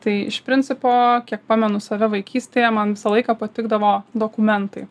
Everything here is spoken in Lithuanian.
tai iš principo kiek pamenu save vaikystėje man visą laiką patikdavo dokumentai